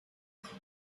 europe